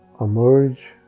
emerge